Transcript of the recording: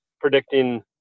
predicting